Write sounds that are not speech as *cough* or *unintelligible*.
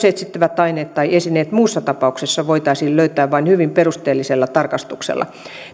*unintelligible* etsittävät aineet tai esineet muussa tapauksessa voitaisiin löytää vain hyvin perusteellisella tarkastuksella